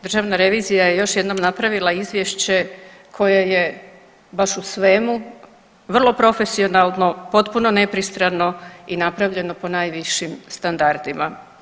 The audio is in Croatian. Državna revizija je još jednom napravila izvješće koje je baš u svemu vrlo profesionalno, potpuno nepristrano i napravljeno po najvišim standardima.